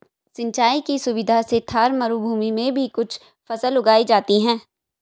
सिंचाई की सुविधा से थार मरूभूमि में भी कुछ फसल उगाई जाती हैं